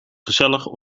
gezellig